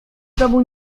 domu